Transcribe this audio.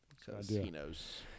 Casinos